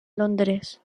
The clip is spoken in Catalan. londres